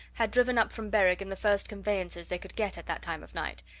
had driven up from berwick in the first conveyances they could get at that time of night,